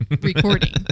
recording